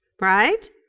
right